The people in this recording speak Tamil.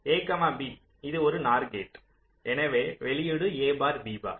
a b இது ஒரு நார் கேட் எனவே வெளியீடு a பார் b பார்